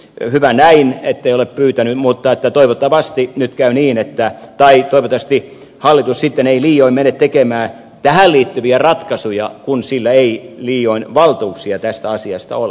hyvä näin ettei ole pyytänyt mutta toivottavasti nyt käy niin että laittoi testi hallitus sitten ei liioin mene tekemään tähän liittyviä ratkaisuja kun sillä ei liioin valtuuksia tästä asiasta ole